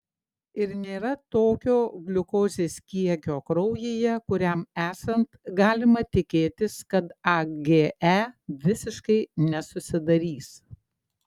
ir nėra tokio gliukozės kiekio kraujyje kuriam esant galima tikėtis kad age visiškai nesusidarys